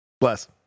Bless